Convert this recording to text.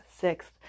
sixth